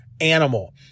animal